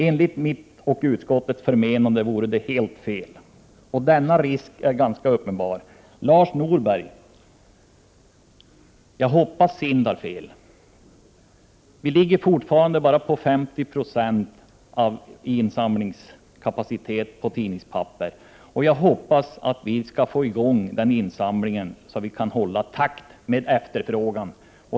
Enligt mitt och utskottets förmenande vore det helt fel. Denna risk är ganska uppenbar. Till Lars Norberg vill jag säga att jag hoppas SIND har fel. Insamlingen av tidningspapper i landet ligger fortfarande på bara 50 96. Jag hoppas att vi skall få i gång insamlingen så att vi kan hålla takt med efterfrågan.